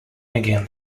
again